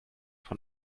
von